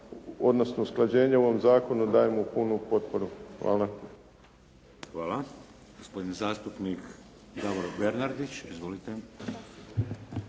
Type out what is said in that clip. odnosno usklađenja, ovom zakonu dajemo punu potporu. Hvala. **Šeks, Vladimir (HDZ)** Hvala. Gospodin zastupnik Davor Bernardić. Izvolite.